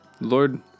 Lord